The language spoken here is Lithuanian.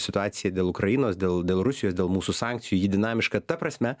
situaciją dėl ukrainos dėl dėl rusijos dėl mūsų sankcijų ji dinamiška ta prasme